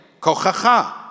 kochacha